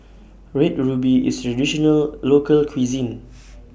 Red Ruby IS Traditional Local Cuisine